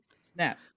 snap